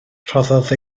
rhoddodd